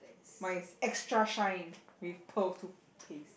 mine is extra shine with pearl toothpaste